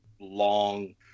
long